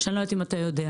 שאני לא יודעת אם אתה יודע.